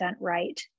right